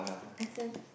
as in